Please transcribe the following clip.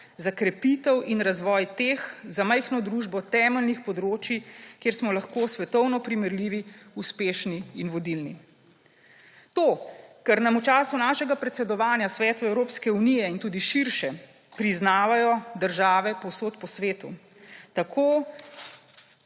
za krepitev in razvoj teh za majhno družbo temeljnih področij, kjer smo lahko svetovno primerljivi, uspešni in vodilni. To, kar nam v času našega predsedovanja Svetu Evropske unije in tudi širše priznavajo države povsod po svetu, tako